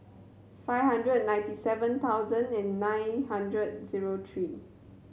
five hundred and ninety seven thousand and nine hundred zero three